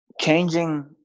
changing